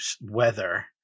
weather